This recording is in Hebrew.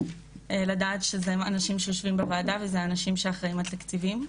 לדעת שאלו האנשים שיושבים בוועדה ואלו האנשים שאחראיים על תקציבים.